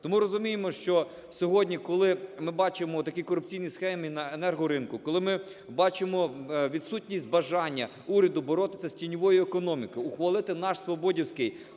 То ми розуміємо, що сьогодні, коли ми бачимо такі корупційні схеми на енергоринку, коли ми бачимо відсутність бажання уряду боротися з тіньовою економікою, ухвалити наш свободівський